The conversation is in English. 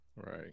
Right